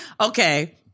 Okay